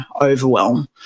overwhelm